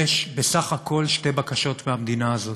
יש בסך הכול שתי בקשות מהמדינה הזאת: